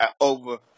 over –